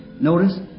Notice